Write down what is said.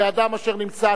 כאדם אשר נמצא,